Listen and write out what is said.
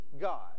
God